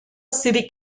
city